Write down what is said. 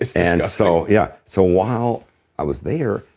and so yeah so while i was there,